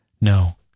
no